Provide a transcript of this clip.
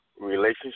relationship